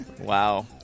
wow